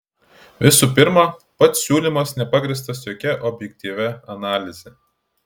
visų pirma pats siūlymas nepagrįstas jokia objektyvia analize